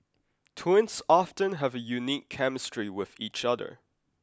twins often have a unique chemistry with each other